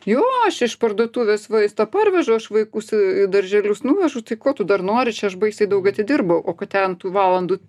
jo aš iš parduotuvės maisto parvežu aš vaikus į darželius nuvežu tai ko tu dar nori čia aš baisiai daug atidirbau o kad ten tų valandų